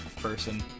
person